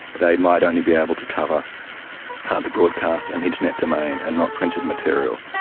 they might only be able to cover the broadcast and internet domain and not printed material.